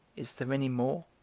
is there any more?